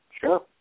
Sure